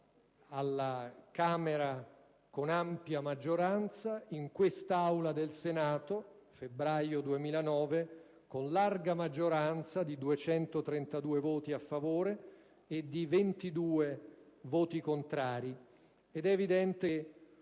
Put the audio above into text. alla Camera con ampia maggioranza e in questa Aula del Senato, nel febbraio 2009, con la larga maggioranza di 232 voti a favore e di 22 voti contrari. È evidente che